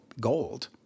gold